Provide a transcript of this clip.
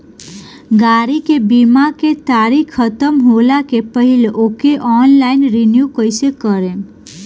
गाड़ी के बीमा के तारीक ख़तम होला के पहिले ओके ऑनलाइन रिन्यू कईसे करेम?